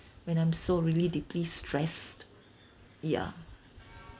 when I'm so really deeply stressed ya